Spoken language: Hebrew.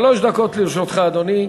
שלוש דקות לרשותך, אדוני.